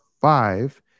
five